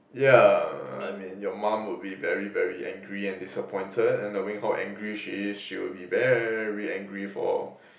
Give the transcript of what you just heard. yeah I mean your mum would be very very angry and disappointed and knowing how angry she is she would be very angry for